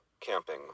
camping